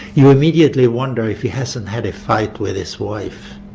you immediately wonder if he hasn't had a fight with his wife